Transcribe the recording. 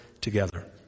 together